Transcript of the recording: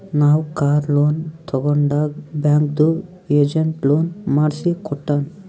ನಾವ್ car loan ತಗೊಂಡಾಗ್ ಬ್ಯಾಂಕ್ದು ಏಜೆಂಟ್ ಲೋನ್ ಮಾಡ್ಸಿ ಕೊಟ್ಟಾನ್